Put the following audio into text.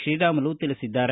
ಶ್ರೀರಾಮುಲು ತಿಳಿಸಿದ್ದಾರೆ